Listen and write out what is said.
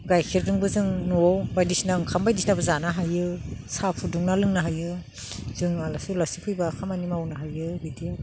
गाइखेरजोंबो जों न'आव बायदिसिना ओंखाम बायदिसिनाबो जानो हायो साह फुदुंना लोंनो हायो जों आलासि उलासि फैबा खामानि मावनो हायो बिदि